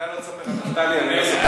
אתה לא תספר על נפתלי, אני לא אספר על זה.